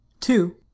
two